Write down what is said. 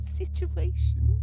situation